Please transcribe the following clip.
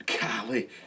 Golly